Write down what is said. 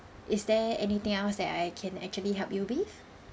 is there anything else that I can actually help you with